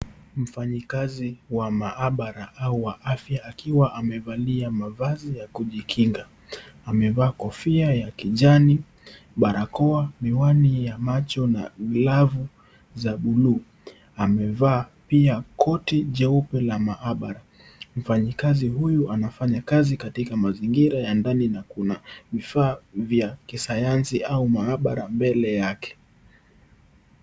Mfanyikazi wa maabara au wa afya akiwa amevalia mavazi ya kujikinga amevaa kofia ya kijani, barakoa, miwani ya macho na glavu za buluu amevaa pia koti jeupe la maabara mfanyikazi huyu anafanya kazi katika mazingira ya ndani na kuna vifaa vya kisayansi au maabara mbele yake.